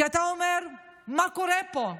כי אתה אומר: מה קורה פה?